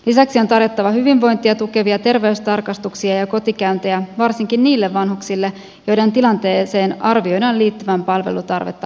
lisäksi on tarjottava hyvinvointia tukevia terveystarkastuksia ja kotikäyntejä varsinkin niille vanhuksille joiden tilanteeseen arvioidaan liittyvän palvelutarvetta lisääviä riskitekijöitä